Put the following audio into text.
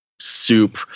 soup